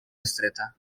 estreta